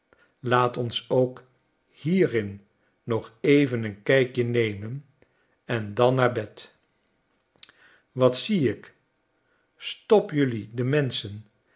laat ons ook hierin nog even een kijkje nemen en dan naar bed wat zie ik stop jelui de